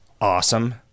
Awesome